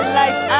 life